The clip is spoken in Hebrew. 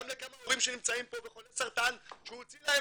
גם לכמה הורים שנמצאים פה וחולי סרטן שהוא הוציא להם